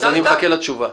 אז אני מחכה לתשובה.